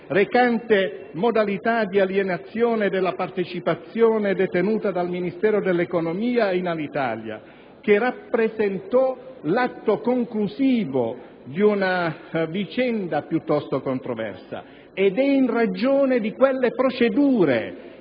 recante modalità di alienazione della partecipazione detenuta dal Ministero dell'economia in Alitalia, che rappresentò l'atto conclusivo di una vicenda piuttosto controversa. Ed è in ragione di quelle procedure